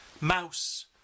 Mouse